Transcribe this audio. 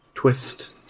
Twist